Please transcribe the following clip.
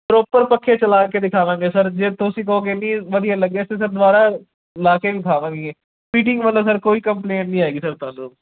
proper ਪੱਖੇ ਚਲਾ ਕੇ ਦਿਖਾਵਾਂਗੇ ਸਰ ਜੇ ਤੁਸੀਂ ਕਹੋਗੇ ਕਿ ਵਧੀਆ ਲੱਗਿਆ ਸੀ ਸਰ ਦੁਬਾਰਾ ਲਾ ਕੇ ਵਿਖਾਵਾਂਗੇ ਫਿਟਿੰਗ ਵੱਲੋਂ ਸਰ ਕੋਈ ਕੰਪਲੇਂਟ ਨਹੀਂ ਹੈਗੀ ਸਰ ਤੁਹਾਨੂੰ